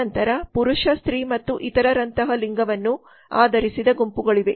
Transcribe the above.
ನಂತರ ಪುರುಷ ಸ್ತ್ರೀ ಮತ್ತು ಇತರರಂತಹ ಲಿಂಗವನ್ನು ಆಧರಿಸಿದ ಗುಂಪುಗಳಿವೆ